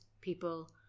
people